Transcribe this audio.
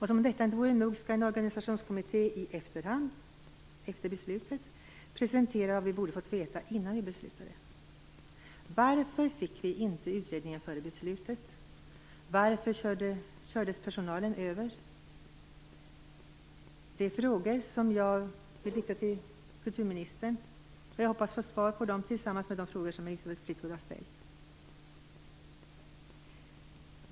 Som om detta inte vore nog skall en organisationskommitté i efterhand, efter beslutet, presentera vad riksdagen borde ha fått veta innan beslutet skulle fattas. Varför fick inte riksdagen utredningen före beslutet? Varför kördes personalen över? Det är frågor jag vill rikta till kulturministern, och jag hoppas få svar på dem tillsammans med svaren på de frågor Elisabeth Fleetwood har ställt.